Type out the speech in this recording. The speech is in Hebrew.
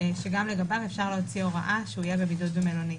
שגם לגביו אפשר להוציא הוראה שהוא יהיה בבידוד במלונית.